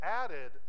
added